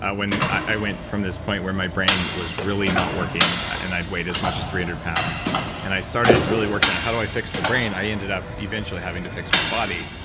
when i went from this point where my brain was really not working, and i'd wait as much as three hundred pounds and i started really working on how do i fix the brain, i ended up eventually having to fix my body.